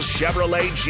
Chevrolet